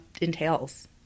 entails